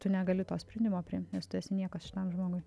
tu negali to sprendimo priimt nes tu esi niekas šitam žmogui